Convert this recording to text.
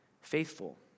faithful